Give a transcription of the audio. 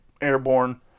airborne